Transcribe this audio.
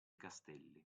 castelli